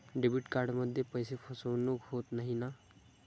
Debit कार्डमध्ये पैसे फसवणूक होत नाही ना?